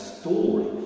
story